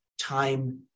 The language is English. time